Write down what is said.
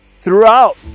throughout